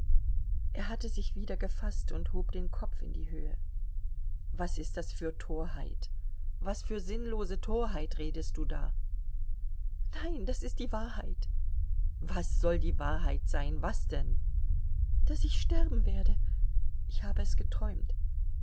er hatte sich wieder gefaßt und hob den kopf in die höhe was ist das für torheit was für sinnlose torheit redest du da nein das ist die wahrheit was soll die wahrheit sein was denn daß ich sterben werde ich habe es geträumt